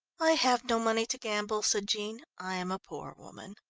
i have no money to gamble, said jean, i am a poor woman.